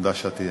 תודה שאת אתנו,